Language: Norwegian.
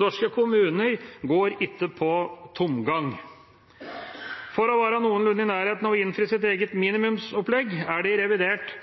Norske kommuner går ikke på tomgang. For å være noenlunde i nærheten av å innfri sitt eget minimumsopplegg er det i revidert